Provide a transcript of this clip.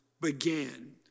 began